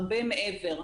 הרבה מעבר לו.